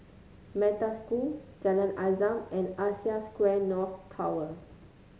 Metta School Jalan Azam and Asia Square North Tower